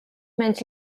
menys